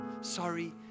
Sorry